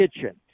kitchen